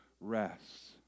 rests